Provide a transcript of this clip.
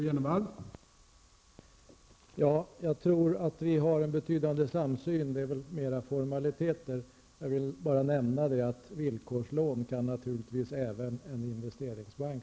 Herr talman! Jag tror att vi har en betydande samsyn, det som skiljer är väl mer formaliteter. Jag vill bara nämna att villkorslån naturligtvis kan ställas även av en investeringsbank.